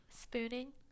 Spooning